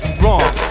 wrong